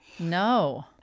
No